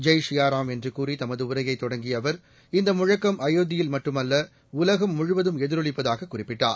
ஜெய் ஷியா ராம் என்று கூறி தமது உரையை தொடங்கிய அவர் இந்த முழக்கம் அயோத்தில் மட்டுமல்ல உலகம் முழுவதும் எதிரொலிப்பதாகக் குறிப்பிட்டார்